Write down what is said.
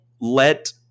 let